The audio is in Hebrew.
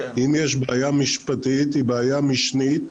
אילו כיוונים של פריצת דרך אופן כזה של עבודה יכול לתת לנו?